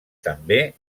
també